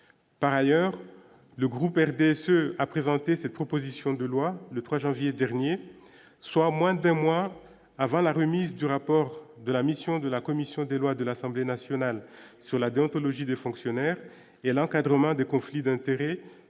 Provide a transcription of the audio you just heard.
par ailleurs le groupe RDSE a présenté cette proposition de loi le 3 janvier dernier, soit moins d'un mois avant la remise du rapport de la mission de la commission des lois de l'Assemblée nationale sur la déontologie des fonctionnaires et l'encadrement des conflits d'intérêts,